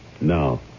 No